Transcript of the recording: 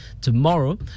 tomorrow